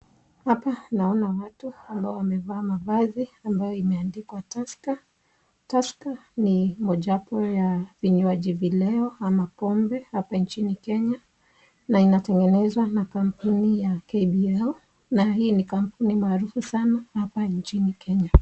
Hapa naona watu ambao wamevaa mavazi ambayo imeandikwa Tusker. Tusker ni moja wapo ya vinywaji vileo ama pombe hapa nchini Kenya, na inatengenezwa na kampuni ya KBL na hii ni kampuni maarufu sana hapa nchini Kenya.